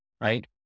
right